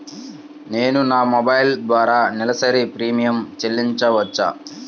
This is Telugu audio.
నేను నా మొబైల్ ద్వారా నెలవారీ ప్రీమియం చెల్లించవచ్చా?